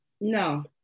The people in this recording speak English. no